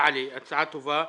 הצעה טובה.